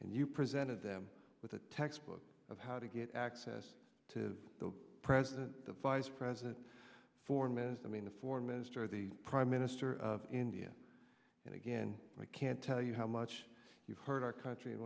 and you presented them with a textbook of how to get access to the president the vice president four men i mean the foreign minister the prime minister of india and again i can't tell you how much you've hurt our country and